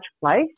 place